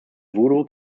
voodoo